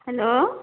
hello